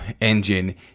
engine